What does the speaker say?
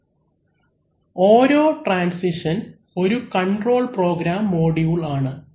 അവലംബിക്കുന്ന സ്ലൈഡ് സമയം 0636 ഓരോ ട്രാൻസിഷൻ ഒരു കൺട്രോൾ പ്രോഗ്രാം മൊഡ്യൂൾ ആണ്